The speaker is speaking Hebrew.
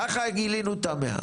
ככה גילינו את ה-100,